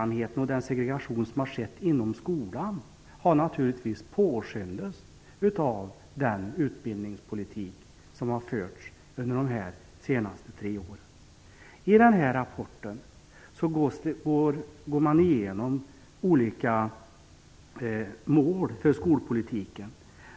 Men den segregation som skett inom verksamheten i skolan har givetvis påskyndats av den utbildningspolitik som har förts under de senaste tre åren. I denna rapport går man igenom olika mål för skolpolitiken.